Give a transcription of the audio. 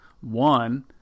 one